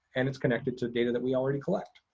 and it's connected to data that we already collect.